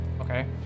Okay